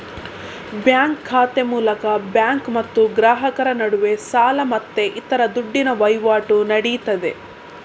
bank ಖಾತೆ ಮೂಲಕ bank ಮತ್ತು ಗ್ರಾಹಕರ ನಡುವೆ ಸಾಲ ಮತ್ತೆ ಇತರ ದುಡ್ಡಿನ ವೈವಾಟು ನಡೀತದೆ